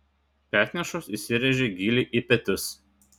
petnešos įsiręžia giliai į petis